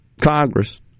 Congress